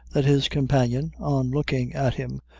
that his companion, on looking at him,